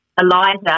Eliza